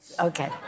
Okay